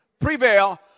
Prevail